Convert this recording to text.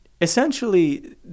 essentially